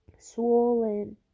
Swollen